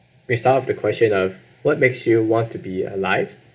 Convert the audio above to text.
we start with the question of what makes you want to be alive